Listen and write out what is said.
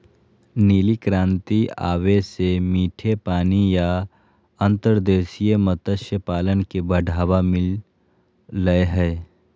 नीली क्रांति आवे से मीठे पानी या अंतर्देशीय मत्स्य पालन के बढ़ावा मिल लय हय